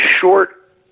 short